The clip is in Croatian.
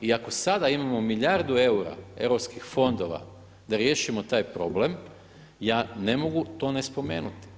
I ako sada imamo milijardu eura europskih fondova da riješimo taj problem ja ne mogu to ne spomenuti.